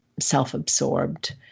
self-absorbed